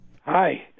Hi